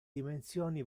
dimensioni